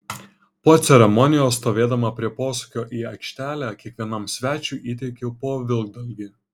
po ceremonijos stovėdama prie posūkio į aikštelę kiekvienam svečiui įteikiau po vilkdalgį